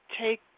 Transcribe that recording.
take